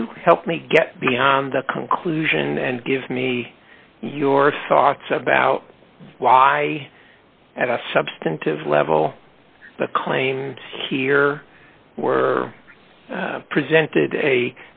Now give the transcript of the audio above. you help me get beyond the conclusion and give me your thoughts about why and a substantive level the claims here were presented a